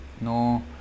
No